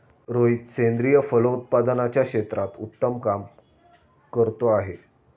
रोहित सेंद्रिय फलोत्पादनाच्या क्षेत्रात उत्तम काम करतो आहे